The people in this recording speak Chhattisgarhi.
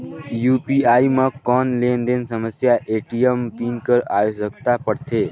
यू.पी.आई म कौन लेन देन समय ए.टी.एम पिन कर आवश्यकता पड़थे?